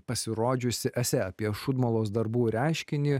pasirodžiusi esė apie šūdmalos darbų reiškinį